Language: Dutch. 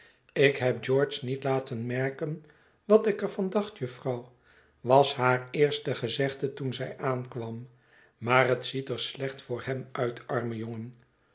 ik heb george niet laten merken wat ik er van dacht jufvrouw was haar eerste gezegde toen zij aankwam maar het ziet er slecht voor hem uit arme jongen